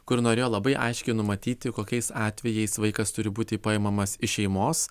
kur norėjo labai aiškiai numatyti kokiais atvejais vaikas turi būti paimamas iš šeimos